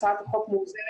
--- הצעת החוק מאוזנת.